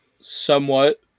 Somewhat